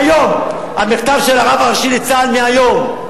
מהיום, המכתב של הרב הראשי לצה"ל הוא מהיום.